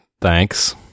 thanks